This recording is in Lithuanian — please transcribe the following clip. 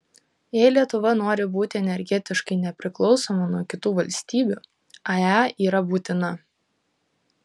jei lietuva nori būti energetiškai nepriklausoma nuo kitų valstybių ae yra būtina